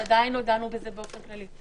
עדיין לא דנו בזה באופן כללי.